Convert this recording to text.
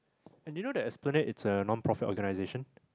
and you know that Esplanade is a non-profit-organisation